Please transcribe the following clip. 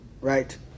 Right